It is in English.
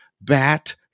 Bat